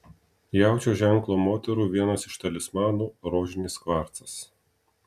jaučio ženklo moterų vienas iš talismanų rožinis kvarcas